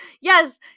Yes